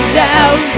down